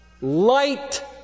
light